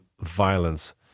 violence